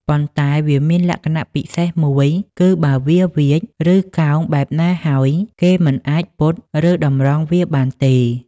ប៉ុន្តែវាមានលក្ខណៈពិសេសមួយ គឺបើវាវៀច ឬកោងបែបណាហើយ គេមិនអាចពត់ ឬតម្រង់វាបានទេ។